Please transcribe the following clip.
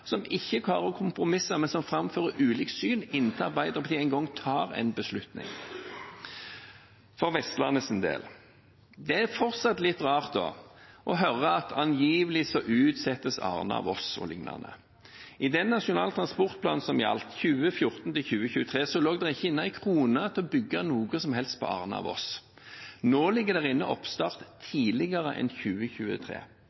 som ikke klarer å kompromisse, men som framfører ulike syn inntil Arbeiderpartiet en gang tar en beslutning? For Vestlandets del: Det er fortsatt litt rart å høre at angivelig utsettes Arna–Voss, og lignende. I den nasjonale transportplanen som gjaldt fra 2014 til 2023, lå det ikke inne én krone til å bygge noe som helst på strekningen Arna–Voss. Nå ligger det inne oppstart